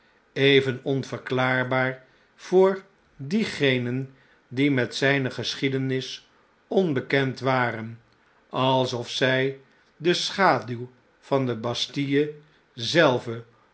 even onverklaarbaar voor diegenen die met zijne geschiedenis onbekend waren alsol zij de sciaaduw van de bastille zelve